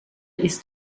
ist